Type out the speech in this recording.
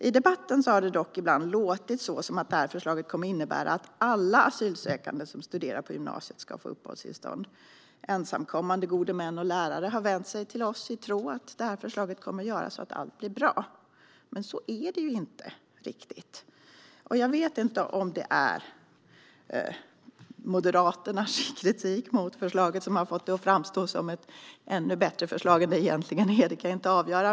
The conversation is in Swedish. I debatten har det dock ibland låtit som att detta förslag kommer att innebära att alla asylsökande som studerar på gymnasiet ska få uppehållstillstånd. Ensamkommande, gode män och lärare har vänt sig till oss i tron att detta förslag kommer att leda till att allt blir bra. Men så är det inte riktigt. Jag vet inte om det är Moderaternas kritik mot förslaget som har fått det att framstå som ett ännu bättre förslag än det egentligen är; det kan jag inte avgöra.